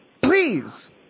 Please